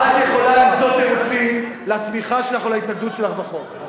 את יכולה למצוא תירוצים לתמיכה שלך או להתנגדות שלך בחוק.